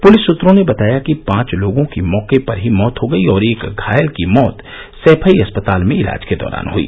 police सुत्रों ने बताया कि पांच लोगों की मौके पर ही मौत हो गई और एक घायल की मौत सैफई अस्पताल में इलाज के दौरान हई